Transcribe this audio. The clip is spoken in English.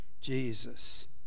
Jesus